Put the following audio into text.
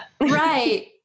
Right